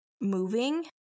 moving